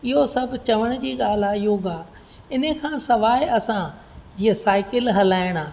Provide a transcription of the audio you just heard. इहो सभु चवण जी ॻाल्हि आहे योगा हिन खां सवाइ असां जीअं साइकिल हलाइणु आहे